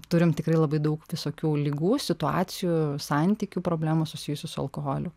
turim tikrai labai daug visokių ligų situacijų santykių problemų susijusių su alkoholiu